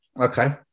Okay